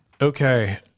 Okay